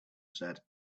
said